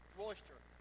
moisture